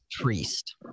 Priest